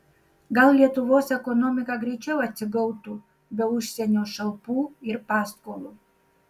gal lietuvos ekonomika greičiau atsigautų be užsienio šalpų ir paskolų